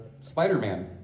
spider-man